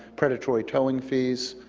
predatory towing fees.